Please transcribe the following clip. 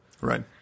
right